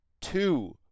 two